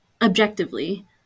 objectively